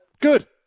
Good